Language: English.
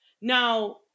Now